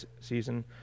season